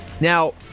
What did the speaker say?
Now